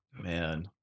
Man